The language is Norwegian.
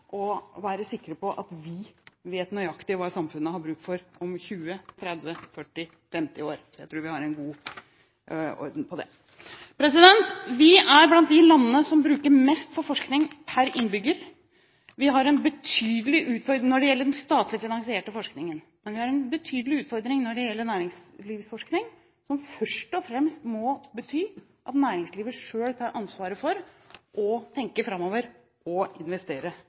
å være sikre på at vi vet nøyaktig hva samfunnet har bruk for om 20, 30, 40 eller 50 år, så jeg tror vi har en god orden på det. Vi er blant de landene som bruker mest på forskning per innbygger når det gjelder den statlig finansierte forskningen, men vi har en betydelig utfordring med hensyn til næringslivsforskning, noe som først og fremst må bety at næringslivet selv må ta ansvar for å tenke framover og investere.